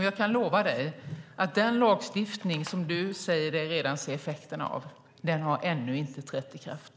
Jag kan lova dig att den lagstiftning som du säger dig redan se effekterna av ännu inte har trätt i kraft.